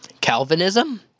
Calvinism